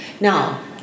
Now